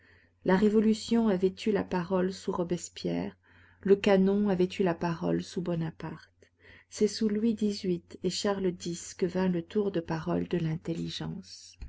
la révolution avait eu la parole sous robespierre le canon avait eu la parole sous bonaparte c'est sous louis xviii et charles x que vint le tour de parole de l'intelligence